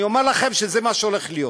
אני אומר לכם שזה מה שהולך להיות,